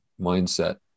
mindset